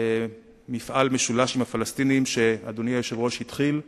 מפעל משולש עם הפלסטינים שאדוני היושב-ראש התחיל,